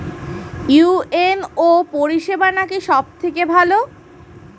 UNO পরিসেবা নাকি সব থেকে ভালো?